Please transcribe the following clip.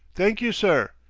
thank you, sir.